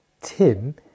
Tim